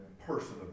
person